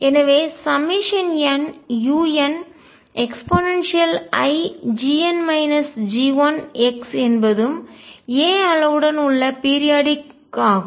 எனவே nuneix என்பதும் a அளவுடன் உள்ள பீரியாடிக் குறிப்பிட்ட கால இடைவெளி ஆகும்